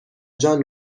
جان